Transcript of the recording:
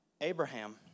Abraham